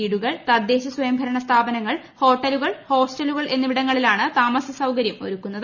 വീടുകൾ തദ്ദേശസ്വയം ഭരണ സ്ഥാപനങ്ങൾ ഹോട്ടലുകൾ ഹോസ്റ്റലുകൾ എന്നിവിടങ്ങളിലാണ് താമസ സൌകര്യം ഒരുക്കുന്നത്